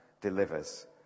delivers